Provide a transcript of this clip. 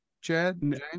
Chad